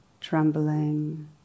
trembling